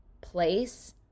place